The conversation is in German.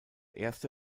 erste